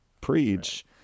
preach